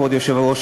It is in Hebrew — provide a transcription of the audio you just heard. כבוד היושב-ראש,